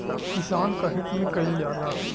किसान क हित में कईल जाला